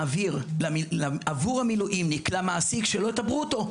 מעבירים עבור המילואימניק למעסיק שלו את הברוטו.